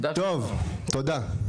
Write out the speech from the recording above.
טוב, תודה.